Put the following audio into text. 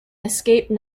escape